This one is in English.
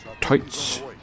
tights